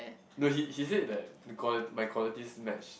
no he he said that the qua~ my qualities match